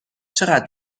چقدر